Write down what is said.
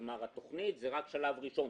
כלומר התוכנית היא רק שלב ראשון.